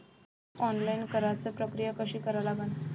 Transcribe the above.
Online कराच प्रक्रिया कशी करा लागन?